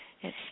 Yes